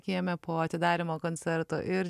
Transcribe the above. kieme po atidarymo koncerto ir